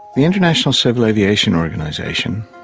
the international civil aviation organisation,